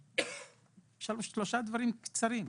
שלושה דברים קצרים.